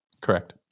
Correct